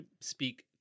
speak